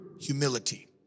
humility